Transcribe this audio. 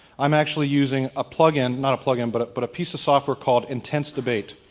i'm actually using a plug in, not a plug in, but but a piece of software called intense debate.